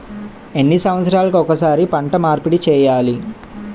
ఎన్ని సంవత్సరాలకి ఒక్కసారి పంట మార్పిడి చేయాలి?